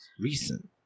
Recent